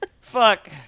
fuck